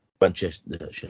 Manchester